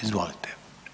Izvolite.